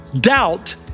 doubt